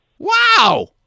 Wow